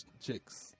chicks